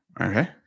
Okay